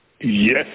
yes